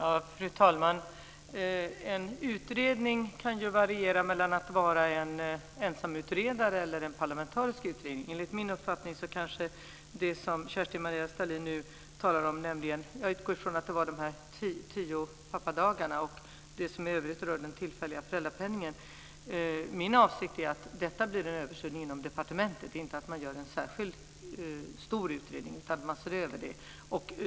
Fru talman! När det gäller utredningar kan det variera mellan en utredning med en ensamutredare och en parlamentarisk utredning. Jag utgår från att det gäller de tio pappadagarna och det som i övrigt rör den tillfälliga föräldrapenningen. Min avsikt är att ha en översyn inom departementet, inte att man gör en särskild, stor utredning.